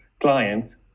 client